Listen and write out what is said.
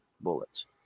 bullets